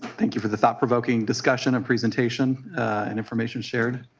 thank you for the thought provoking discussion and presentation and information shared.